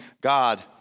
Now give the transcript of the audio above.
God